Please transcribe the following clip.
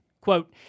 Quote